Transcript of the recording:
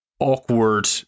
awkward